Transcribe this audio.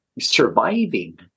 surviving